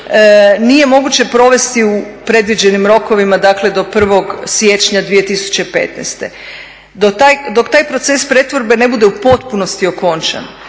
nije moguće provesti u predviđenim rokovima dakle do 1. siječnja 2015. Dok taj proces pretvorbe ne bude u potpunosti okončan